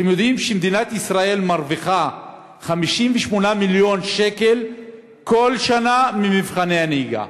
אתם יודעים שמדינת ישראל מרוויחה 58 מיליון שקל בכל שנה ממבחני הנהיגה?